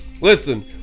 Listen